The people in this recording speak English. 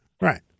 right